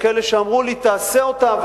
יש כאלה שאמרו לי: תעשה אותה,